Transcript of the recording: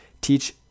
Teach